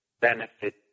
benefit